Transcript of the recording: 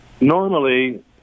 normally